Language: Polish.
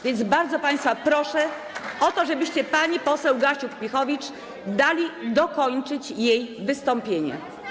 więc bardzo państwa proszę o to, żebyście pani poseł Gasiuk-Pihowicz dali dokończyć wystąpienie.